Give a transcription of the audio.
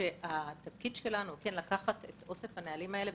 התפקיד שלנו הוא לקחת את אוסף הנהלים האלה,